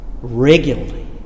regularly